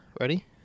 Ready